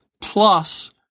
plus